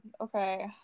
Okay